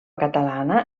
catalana